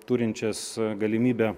turinčias galimybę